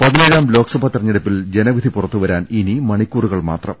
പതിനേഴാം ലോക്സഭ തെരഞ്ഞെടുപ്പിൽ ജനവിധി പുറത്തുവരാൻ ഇനി മണിക്കൂറുകൾ മാത്രം